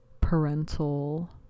parental